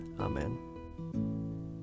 Amen